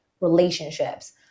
relationships